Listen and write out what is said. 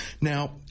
Now